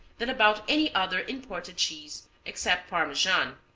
than about any other imported cheese except parmesan.